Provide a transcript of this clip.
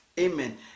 Amen